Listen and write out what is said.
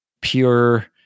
pure